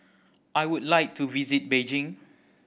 I would like to visit Beijing